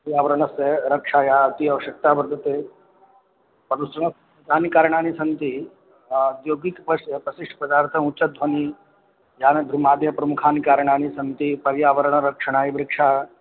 पर्यावरणस्य रक्षायाः अति आवश्यकता वर्तते प्रदूषणस्य कानि कारणानि सन्ति औद्योगिकपशुपरिशिष्टपदार्थमुच्चध्वनिः यानधूम्रादयः प्रमुखानि कारणानि सन्ति पर्यावरणरक्षणाय वृक्षाः